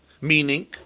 Meaning